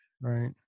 Right